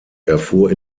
erfuhr